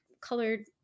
colored